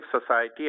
society